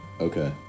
Okay